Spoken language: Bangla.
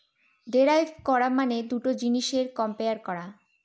ডেরাইভ করা মানে দুটা জিনিসের কম্পেয়ার করা